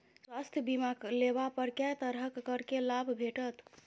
स्वास्थ्य बीमा लेबा पर केँ तरहक करके लाभ भेटत?